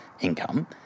income